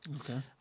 Okay